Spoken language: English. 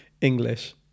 English